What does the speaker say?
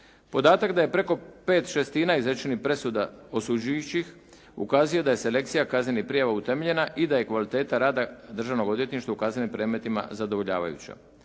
Podatak da je preko pet šestina izrečenih presuda osuđujućih ukazuje da je selekcija kaznenih prijava utemeljena i da je kvaliteta rada Državnog odvjetništva u kaznenim predmetima zadovoljavajuća